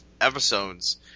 episodes